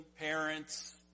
parents